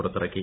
പുറത്തിറക്കി